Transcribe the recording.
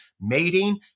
mating